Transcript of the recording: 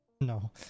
No